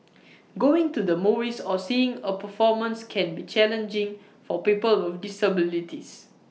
going to the movies or seeing A performance can be challenging for people with disabilities